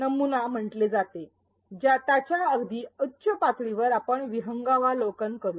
नमुना म्हटले जाते त्याच्या अगदी उच्च पातळीवर आपण विहंगावलोकन करू